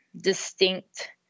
distinct